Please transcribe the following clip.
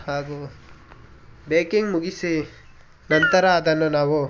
ಹಾಗೂ ಬೇಕಿಂಗ್ ಮುಗಿಸಿ ನಂತರ ಅದನ್ನು ನಾವು